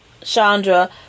Chandra